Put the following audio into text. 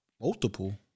Multiple